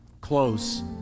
close